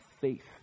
faith